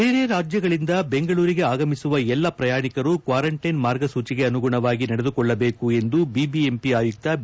ಬೇರೆ ರಾಜ್ಯಗಳಿಂದ ಬೆಂಗಳೂರಿಗೆ ಅಗಮಿಸುವ ಎಲ್ಲಾ ಪ್ರಯಾಣಿಕರು ಕ್ವಾರಂಟೈನ್ ಮಾರ್ಗಸೂಚಿಗೆ ಅನುಗುಣವಾಗಿ ನಡೆದುಕೊಳ್ಳಬೇಕು ಎಂದು ಬಿಬಿಎಂಪಿ ಆಯುಕ್ತ ಬಿ